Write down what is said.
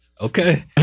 Okay